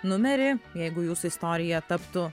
numerį jeigu jūsų istorija taptų